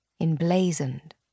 emblazoned